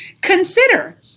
consider